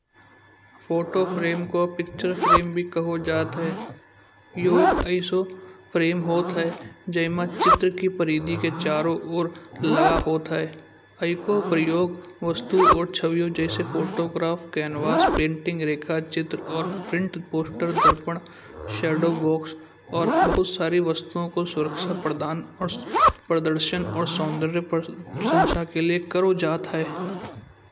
Photo frame को picture frame भी कहो जात है यो एक ऐसो फ्रेम होत ह ज्यिमा चित्र की परिधि के चारों ओर लागा होता है। यिका प्रयोग वस्तु और छवियों जैसे फोटोग्राफ, कैनवास पेंटिंग, रेखाचित्र और प्रिंट पोस्टर। दरपन, शैडो बॉक्स और बहुत सारे वस्तुओं को सुरक्षा प्रदान प्रदर्शन और सौंदर्य प्रांसंशा के लिए करों जात है।